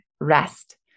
rest